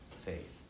faith